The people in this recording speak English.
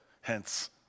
Hence